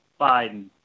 Biden